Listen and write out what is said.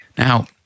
Now